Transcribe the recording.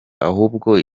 ahubwo